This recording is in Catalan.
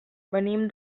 venim